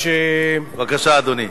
בבקשה, אדוני.